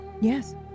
Yes